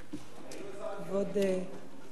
כבוד היושב-ראש, כבוד השר,